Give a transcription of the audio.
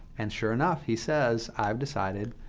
and sure enough, he says, i have decided,